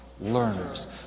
learners